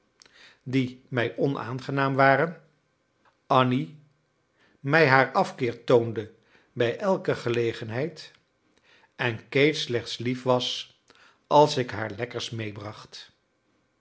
die mij onaangenaam waren annie mij haar afkeer toonde bij elke gelegenheid en kate slechts lief was als ik haar lekkers meebracht